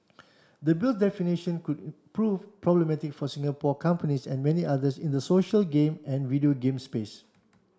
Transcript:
the Bill's definition could prove problematic for Singapore companies and many others in the social game and video game space